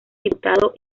diputado